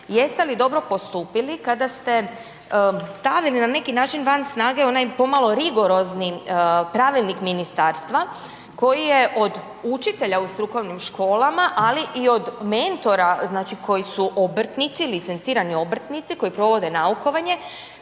jeste li dobro postupili kada ste stavili na neki način van snage onaj pomalo rigorozni pravilnik ministarstva koji je od učitelja u strukovnim školama, ali i od mentora znači koji su obrtnici, licencirani obrtnici koji provode naukovanje,